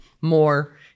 more